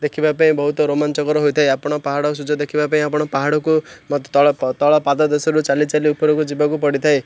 ଦେଖିବାପାଇଁ ବହୁତ ରୋମାଞ୍ଚକର ହୋଇଥାଏ ଆପଣ ପାହାଡ଼ ସୂର୍ଯ୍ୟ ଦେଖିବାପାଇଁ ଆପଣ ପାହାଡ଼କୁ ତଳ ପାଦ ଦେଶରେ ଚାଲି ଚାଲି ଉପରକୁ ଯିବାକୁ ପଡ଼ିଥାଏ